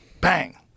bang